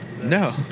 No